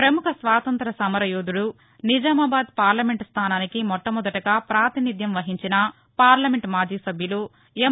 పముఖ స్వతంత్ర సమర యోదుడు నిజామాబాద్ పార్లమెంట్ స్లానానికి మొట్లమొదటగా ప్రాతినిత్యం వహించిన పార్లమెంటు మాజీ సభ్యులు ఎం